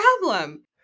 problem